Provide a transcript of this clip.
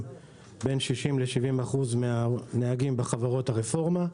בין 60% 70% מן הנהגים בחברות הרפורמה.